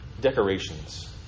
decorations